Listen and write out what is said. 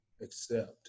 accept